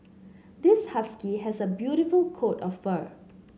this husky has a beautiful coat of fur